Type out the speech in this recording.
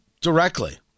directly